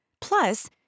Plus